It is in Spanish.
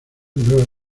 nuevas